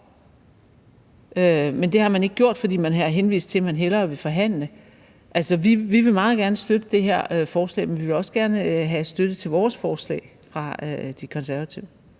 men det har man ikke gjort, fordi man har henvist til, at man hellere vil forhandle. Altså, vi vil meget gerne støtte det her forslag, men vi vil også gerne have støtte til vores forslag fra De Konservative.